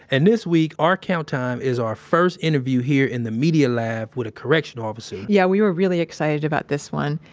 and this week, our count time is our first interview here in the media lab with a correctional officer. yeah. we were really excited about this one.